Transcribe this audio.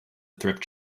thrift